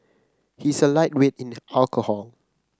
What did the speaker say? he is a lightweight in the alcohol